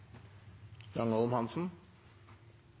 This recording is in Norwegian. Langholm Hansen